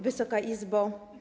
Wysoka Izbo!